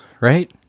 right